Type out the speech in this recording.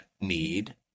need